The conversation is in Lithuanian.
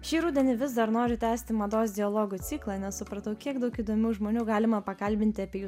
šį rudenį vis dar noriu tęsti mados dialogų ciklą nes supratau kiek daug įdomių žmonių galima pakalbinti apie jų